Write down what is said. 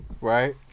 Right